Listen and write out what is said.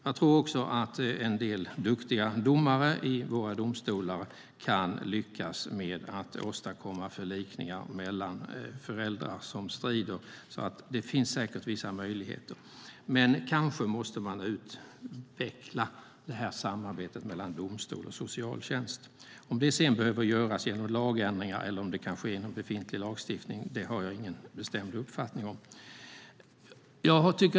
Jag tror också att en del duktiga domare i våra domstolar kan lyckas med att åstadkomma förlikningar mellan föräldrar som strider, så det finns säkert vissa möjligheter. Men kanske måste man utveckla samarbetet mellan domstol och socialtjänst. Om det sedan behöver göras genom lagändringar eller om det kan ske inom befintlig lagstiftning har jag ingen bestämd uppfattning om.